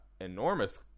enormous